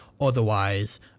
Otherwise